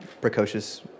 precocious